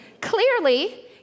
Clearly